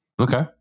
okay